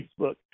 Facebook